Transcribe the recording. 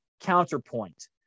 counterpoint